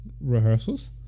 rehearsals